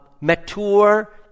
mature